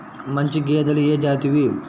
మంచి గేదెలు ఏ జాతివి?